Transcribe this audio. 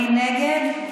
מי נגד?